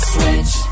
Switch